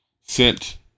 Sent